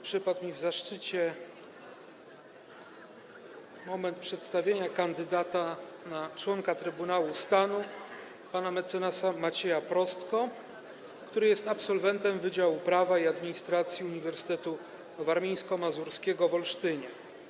Przypadł mi zaszczyt przedstawienia kandydata na członka Trybunału Stanu pana mecenasa Macieja Prostko, który jest absolwentem Wydziału Prawa i Administracji Uniwersytetu Warmińsko-Mazurskiego w Olsztynie.